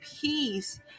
peace